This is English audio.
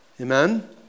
Amen